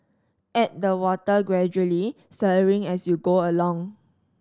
add the water gradually stirring as you go along